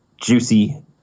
juicy